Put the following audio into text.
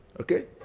okay